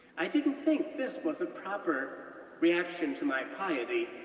i didn't think this was a proper reaction to my piety,